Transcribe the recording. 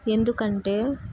ఎందుకంటే